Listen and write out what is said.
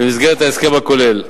במסגרת ההסכם הכולל.